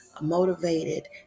motivated